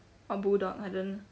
or bulldog I don't